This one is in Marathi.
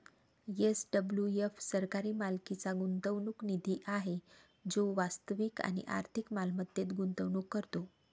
एस.डब्लू.एफ सरकारी मालकीचा गुंतवणूक निधी आहे जो वास्तविक आणि आर्थिक मालमत्तेत गुंतवणूक करतो